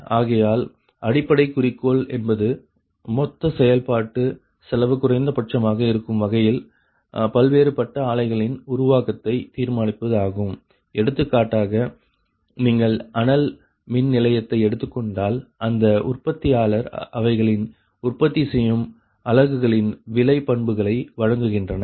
ஆகையால் அடிப்படை குறிக்கோள் என்பது மொத்த செயல்பாட்டு செலவு குறைந்தபட்சமாக இருக்கும் வகையில் பல்வேறுபட்ட ஆலைகளின் உருவாக்கத்தை தீர்மானிப்பது ஆகும் எடுத்துக்காட்டாக நீங்கள் அனல்மின் நிலையத்தை எடுத்துக்கொண்டால் அந்த உற்பத்தியாளர் அவைகளின் உற்பத்தி செய்யும் அலகுகளின் விலை பண்புகளை வழங்குகின்றனர்